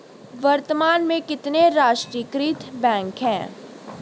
वर्तमान में कितने राष्ट्रीयकृत बैंक है?